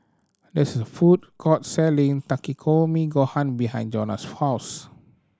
there's a food court selling Takikomi Gohan behind Jonas' house